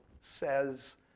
says